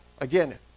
again